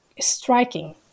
Striking